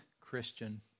Christian